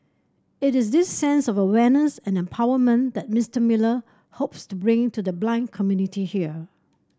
it is this sense of awareness and empowerment that Mister Miller hopes to bring to the blind community here